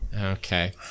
Okay